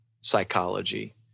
psychology